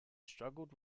struggled